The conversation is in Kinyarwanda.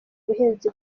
ubuhinzi